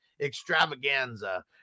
extravaganza